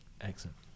Excellent